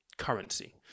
Currency